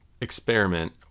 Experiment